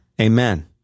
Amen